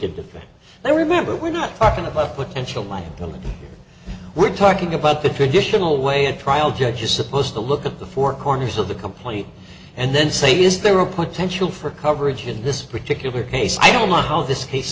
defend and remember we're not talking about potential liability we're talking about the traditional way a trial judge is supposed to look at the four corners of the complaint and then same is there a potential for coverage in this particular case i don't know how this case